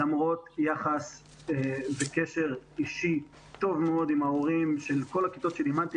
למרות יחס וקשר אישי טוב מאוד עם ההורים של כל הכיתות שלימדתי,